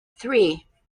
three